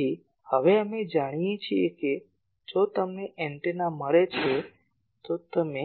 તેથી હવે અમે જાણીએ છીએ કે જો તમને એન્ટેના મળે છે તો તમે